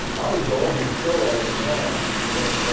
i would go on his show all the time and